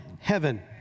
heaven